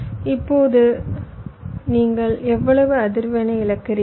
எனவே இப்போது நீங்கள் எவ்வளவு அதிர்வெண்ணை இழக்கிறீர்கள்